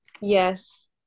Yes